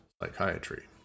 psychiatry